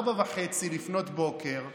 04:30,